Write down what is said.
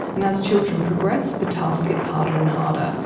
and as children progress, the task gets harder and harder,